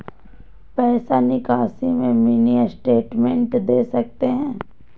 पैसा निकासी में मिनी स्टेटमेंट दे सकते हैं?